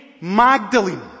Magdalene